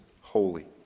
holy